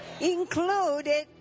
included